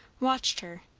watched her,